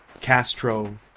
Castro